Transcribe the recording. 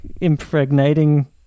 impregnating